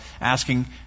asking